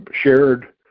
shared